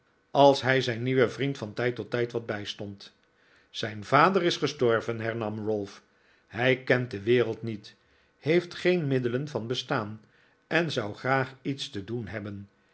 als hij zijn nieuwen vriend van tijd tot tijd wat bijstond zijn vader is gestorven hernam ralph hij kent de wereld niet heeft geen middelen van bestaan en zou graag iets te doen hebben